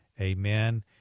Amen